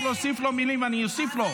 אני אצטרך להוסיף לו מילים, אני אוסיף לו.